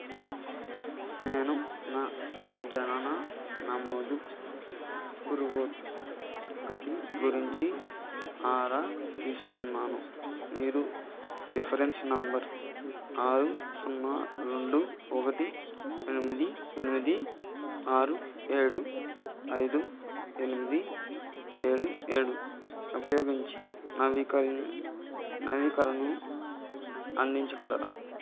నేను నా జనన నమోదు పురోగతి గురించి ఆరా తీస్తున్నాను మీరు రిఫరెన్స్ నెంబర్ ఆరు సున్నా రెండు ఒకటి ఎనిమిది ఎనిమిది ఆరు ఏడు ఐదు ఎనిమిది ఏడు ఏడు ఉపయోగించి నవీకరణను అందించగలరా